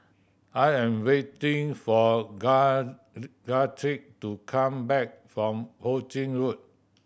I am waiting for Guthrie to come back from Ho Ching Road